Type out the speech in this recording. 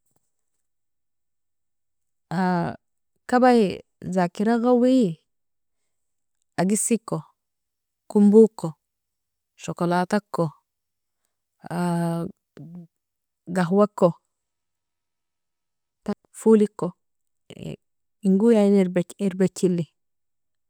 kabi zakira gawie agiseko, komboko, shokalatako, gahwako, foliko ingoi ien irbajeli.